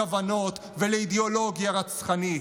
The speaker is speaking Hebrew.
לכוונות ולאידיאולוגיה רצחנית.